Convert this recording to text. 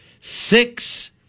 six